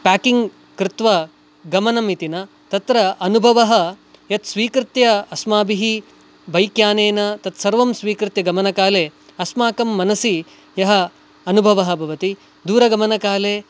packing कृत्वा गमनम् इति न तत्र अनुभवः यत् स्वीकृत्य अस्माभिः बैक् यानेन तत् सर्वं स्वीकृत्य गमनकाले अस्माकं मनसि यः अनुभवः भवति दूरगमनकाले